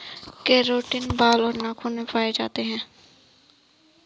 keratin बाल और नाखून में पाए जाते हैं